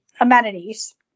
amenities